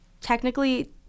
technically